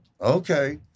okay